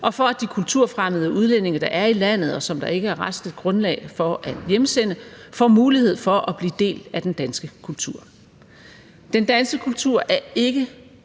og for at de kulturfremmede udlændinge, der er i landet, og som der ikke er retsligt grundlag for at hjemsende, får mulighed for at blive en del af den danske kultur. Den danske kultur er ikke